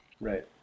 Right